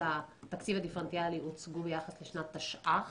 לתקציב הדיפרנציאלי הוצגו ביחס לשנת תשע"ח,